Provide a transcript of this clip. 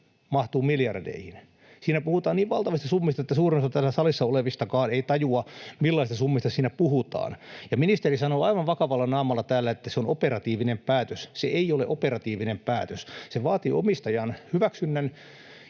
mahtuu miljardeihin. Siinä puhutaan niin valtavista summista, että suurin osa täällä salissa olevistakaan ei tajua, millaisista summista siinä puhutaan, ja ministeri sanoo aivan vakavalla naamalla täällä, että se on operatiivinen päätös. Se ei ole operatiivinen päätös. Se vaatii omistajan hyväksynnän.